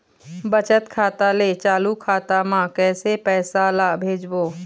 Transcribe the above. बचत खाता ले चालू खाता मे कैसे पैसा ला भेजबो?